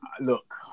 look